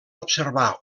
observar